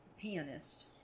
pianist